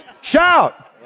shout